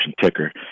ticker